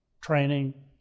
training